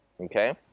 Okay